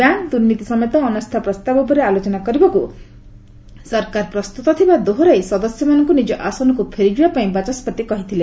bank ଦୁର୍ନୀତି ସମେତ ଅନାସ୍ଥା ପ୍ରସ୍ତାବ ଉପରେ ଆଲୋଚନା କରିବାକୁ ସରକାର ପ୍ରସ୍ତୁତ ଥିବା ଦୋହରାଇ ସଦସ୍ୟମାନଙ୍କୁ ନିଜ ଆସନକୁ ଫେରିଯିବାପାଇଁ ବାଚସ୍ୱତି କହିଥିଲେ